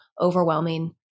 overwhelming